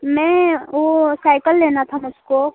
मैं वो साइकल लेना था मुझको